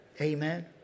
Amen